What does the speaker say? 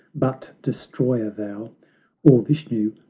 but destroyer thou or vishnu,